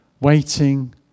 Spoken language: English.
waiting